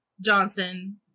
johnson